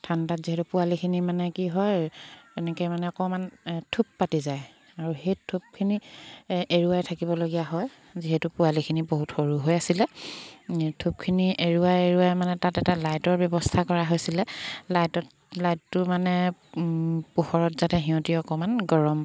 ঠাণ্ডাত যিহেতু পোৱালিখিনি মানে কি হয় এনেকৈ মানে অকণমান থূপ পাতি যায় আৰু সেই থূপখিনি এৰুৱাই থাকিবলগীয়া হয় যিহেতু পোৱালিখিনি বহুত সৰু হৈ আছিলে থূপখিনি এৰুৱাই এৰুৱাই মানে তাত এটা লাইটৰ ব্যৱস্থা কৰা হৈছিলে লাইটত লাইটটো মানে পোহৰত যাতে সিহঁতি অকণমান গৰম